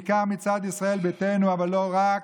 בעיקר מצד ישראל ביתנו, אבל לא רק,